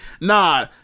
nah